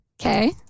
Okay